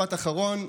משפט אחרון,